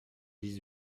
dix